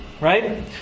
Right